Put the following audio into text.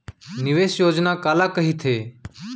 निवेश योजना काला कहिथे?